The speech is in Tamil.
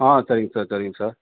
ஆ சரிங்க சார் சரிங்க சார்